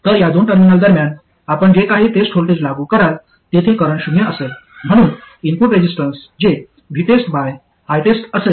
तर या दोन टर्मिनल दरम्यान आपण जे काही टेस्ट व्होल्टेज लागू कराल तेथे करंट शून्य असेल म्हणून इनपुट रेजिस्टन्स जे VTEST बाय ITEST असेल